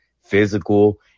physical